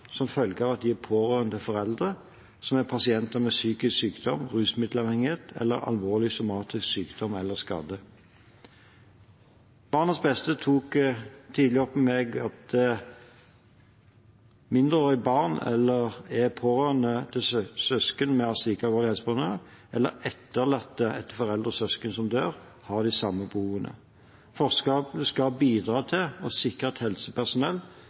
som følge av at de er pårørende til foreldre som er pasienter med psykisk sykdom, rusmiddelavhengighet eller alvorlig somatisk sykdom eller skade. BarnsBeste tok tidlig opp med meg at mindreårige barn som er pårørende til søsken med slike alvorlige helseproblemer, eller etterlatte etter foreldre og søsken som dør, har de samme behovene. Forslagene skal bidra til å sikre at helsepersonell